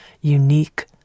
unique